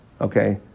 okay